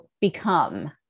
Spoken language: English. become